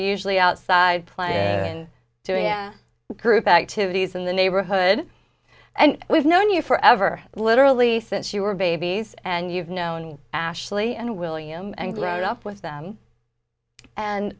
usually outside playing and to group activities in the neighborhood and we've known you forever literally since you were babies and you've known ashley and william and grown up with them and